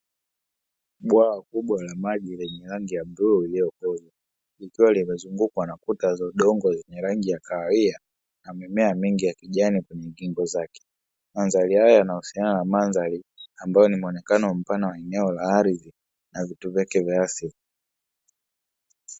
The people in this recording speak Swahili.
Bwawa kubwa la maji lenye rangi ya buluu iliyokoza, ikiwa imezungukwa na kuta za udongo zenye rangi ya kahawia na mimea mingi ya kijani kwenye kingo zake, mandhari hayo yanahusiana na mandhari ambayo ni muonekano mpana wa eneo la ardhi na vitu vyake vya asili.